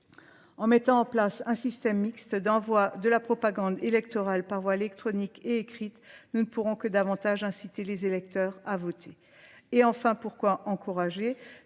En mettant en place un système mixte d'envoi de la propagande électorale par voie électronique et écrite, nous ne pourrons que davantage inciter les électeurs à voter. Et enfin, pourquoi encourager ?